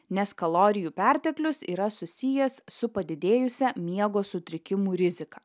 nes kalorijų perteklius yra susijęs su padidėjusia miego sutrikimų rizika